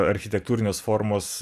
architektūrinės formos